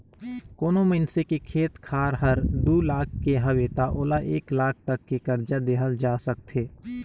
कोनो मइनसे के खेत खार हर दू लाख के हवे त ओला एक लाख तक के करजा देहल जा सकथे